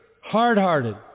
hard-hearted